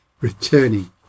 returning